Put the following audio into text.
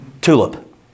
TULIP